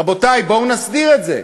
רבותי, בואו נסדיר את זה.